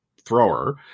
thrower